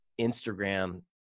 Instagram